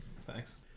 Thanks